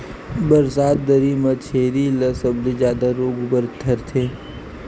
बरसात दरी म छेरी ल सबले जादा रोग धरथे